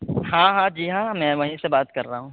ہاں ہاں جی ہاں میں وہیں سے بات کر رہا ہوں